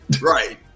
Right